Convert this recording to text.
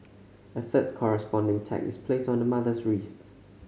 a third corresponding tag is placed on the mother's wrist